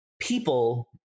people